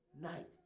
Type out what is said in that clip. night